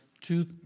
two